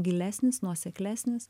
gilesnis nuoseklesnis